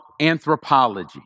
anthropology